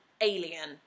alien